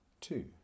Two